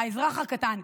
האזרח הקטן.